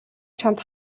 чамд